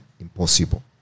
impossible